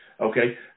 Okay